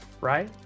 right